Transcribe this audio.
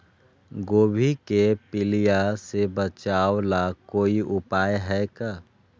गोभी के पीलिया से बचाव ला कोई उपाय है का?